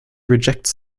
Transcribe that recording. rejects